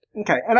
Okay